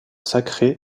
sacrés